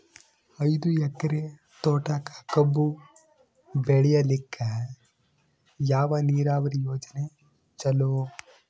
ಐದು ಎಕರೆ ತೋಟಕ ಕಬ್ಬು ಬೆಳೆಯಲಿಕ ಯಾವ ನೀರಾವರಿ ಯೋಜನೆ ಚಲೋ?